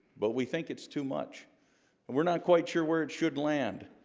but we think it's too much, and we're not quite sure where it should land